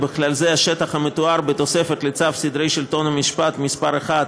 ובכלל זה השטח המתואר בתוספת לצו סדרי השלטון והמשפט (מס' 1),